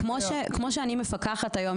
כמו שאני מפקחת היום,